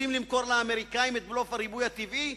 רוצים למכור לאמריקנים את בלוף הריבוי הטבעי?